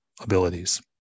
abilities